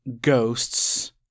ghosts